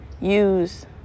use